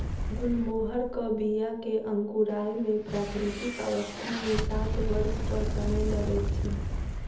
गुलमोहरक बीया के अंकुराय मे प्राकृतिक अवस्था मे सात वर्षक समय लगैत छै